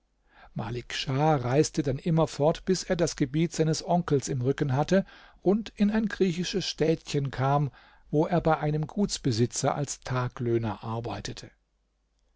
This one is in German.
malik schah reiste dann immer fort bis er das gebiet seines onkels im rücken hatte und in ein griechisches städtchen kam wo er bei einem gutsbesitzer als taglöhner arbeitete